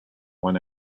one